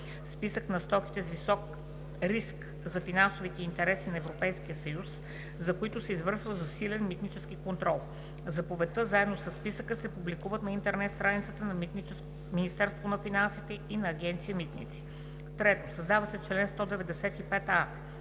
списък на стоки с висок риск за финансовите интереси на Европейския съюз, за които се извършва засилен митнически контрол. Заповедта, заедно със списъка, се публикува на интернет страниците на Министерството на финансите и на Агенция „Митници“.“ 3. Създава се чл. 195а: